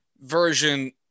version